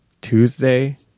Tuesday